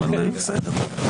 אבל בסדר.